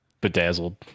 bedazzled